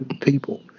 people